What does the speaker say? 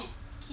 kinship